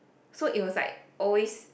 so it was like always